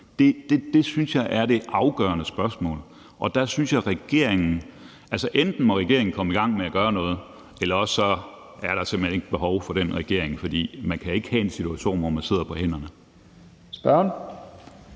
Det synes jeg er det afgørende spørgsmål, og der synes jeg, at enten må regeringen komme i gang med at gøre noget, eller også er der simpelt hen ikke behov for den regering. For vi kan ikke have en situation, hvor man sidder på hænderne.